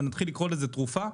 ונתחיל לקרוא לזה תרופה,